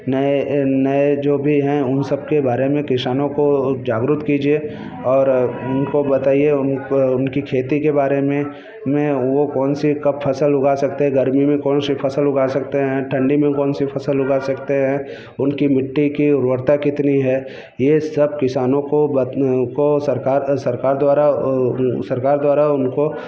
नए नए जो भी हैं उन सब के बारे में किसानों को जागृत कीजिए और उनको बताइए उनको उनकी खेती के बारे में मैं वो कौन सी कब फसल उगा सकते हैं गर्मी में कौन सी फसल उगा सकते हैं ठंडी में कौन सी फसल उगा सकते हैं उनकी मिट्टी की उर्वरता कितनी है ये सब किसानों को सरकार सरकार सरकार द्वारा उनको